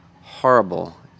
horrible